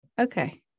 okay